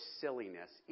silliness